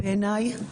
בעיניי,